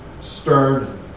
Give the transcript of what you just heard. stern